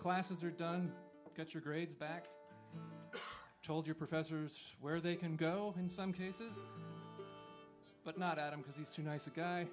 classes are done get your grades back told your professors where they can go in some cases but not at him because he's too nice a guy